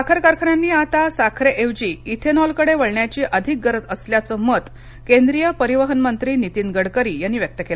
साखर कारखान्यांनी आता साखरेऐवजी इथेनॉलकडे वळण्याची अधिक गरज असल्याचं मत केंद्रीय परिवहन मंत्री नितीन गडकरी यांनीही व्यक्त केलं